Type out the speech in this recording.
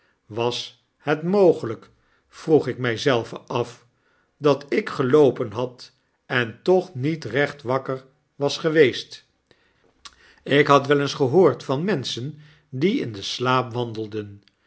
was het mogelyk vroeg ik my zelven af dat ik geloopen had en toch niet recht wakker was geweest ik had wel eens gehoord van menschen die in den slaap wandelden